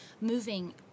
moving